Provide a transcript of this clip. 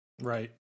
right